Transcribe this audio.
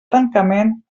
tancament